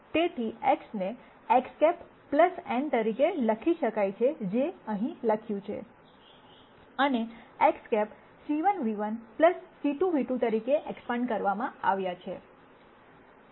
તેથીXને X̂ n રીતે લખી શકાય છે કે જે અહીં લખ્યું છે અને X̂ c1 ν1 c 2 ν2 તરીકે એક્સપાન્ડ કરવામાં આવ્યા છે